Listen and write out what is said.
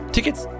Tickets